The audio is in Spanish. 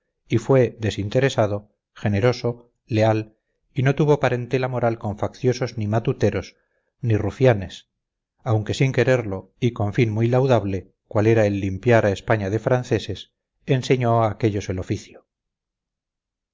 y fue desinteresado generoso leal y no tuvo parentela moral con facciosos ni matuteros ni rufianes aunque sin quererlo y con fin muy laudable cual era el limpiar a españa de franceses enseñó a aquellos el oficio